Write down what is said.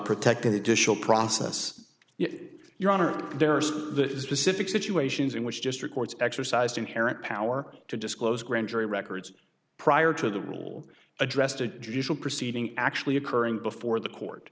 protecting additional process your honor the specific situations in which just records exercised inherent power to disclose grand jury records prior to the rule addressed a judicial proceeding actually occurring before the court